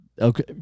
Okay